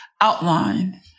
outline